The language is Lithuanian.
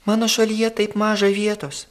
mano šalyje taip maža vietos